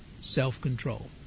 self-control